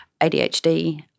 ADHD